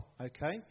okay